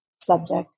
subject